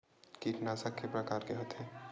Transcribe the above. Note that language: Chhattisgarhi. कीटनाशक के प्रकार के होथे?